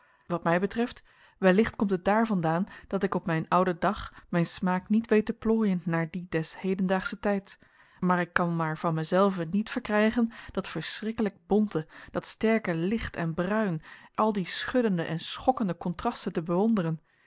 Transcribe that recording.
wat mij betreft wellicht komt het daar vandaan dat ik op mijn ouden dag mijn smaak niet weet te plooien naar dien des hedendaagschen tijds maar ik kan maar van mijzelven niet verkrijgen dat verschrikkelijk bonte dat sterke licht en bruin al die schuddende en schokkende contrasten te bewonderen